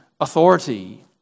authority